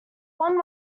one